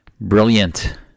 brilliant